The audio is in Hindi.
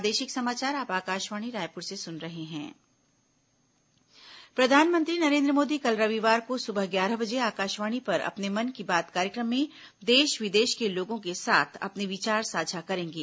प्रधानमंत्री मन की बात प्रधानमंत्री नरेन्द्र मोदी कल रविवार को सुबह ग्यारह बजे आकाशवाणी पर अपने मन की बात कार्यक्रम में देश विदेश के लोगों के साथ अपने विचार साझा करेंगे